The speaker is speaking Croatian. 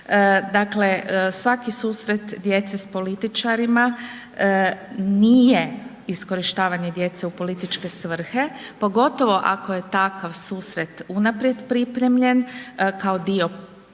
Dakle svaki susret djece sa političarima nije iskorištavanje djece u političke svrhe pogotovo ako je tak susret unaprijed pripremljen, kao dio da li